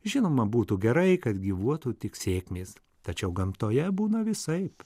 žinoma būtų gerai kad gyvuotų tik sėkmės tačiau gamtoje būna visaip